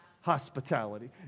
hospitality